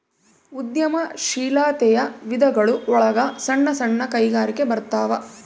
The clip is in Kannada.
ಉದ್ಯಮ ಶೀಲಾತೆಯ ವಿಧಗಳು ಒಳಗ ಸಣ್ಣ ಸಣ್ಣ ಕೈಗಾರಿಕೆ ಬರತಾವ